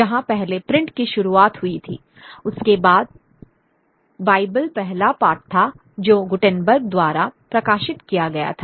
जहां पहले प्रिंट की शुरुआत हुई थी उसके बाद बाइबिल पहला पाठ था जो गुटेनबर्ग द्वारा प्रकाशित किया गया था